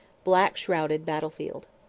black-shrouded battlefield.